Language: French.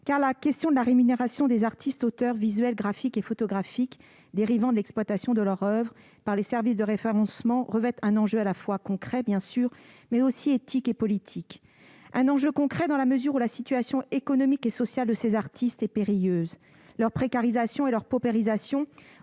car la question de la rémunération des artistes auteurs d'arts visuels, graphiques et photographiques dérivant de l'exploitation de leur oeuvre par les services de référencement constitue un enjeu non seulement concret, mais aussi éthique et politique. C'est un enjeu concret dans la mesure où la situation économique et sociale de ces artistes est périlleuse. Leur précarisation et leur paupérisation,